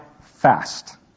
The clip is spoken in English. fast